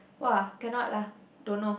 !wah! cannot lah don't know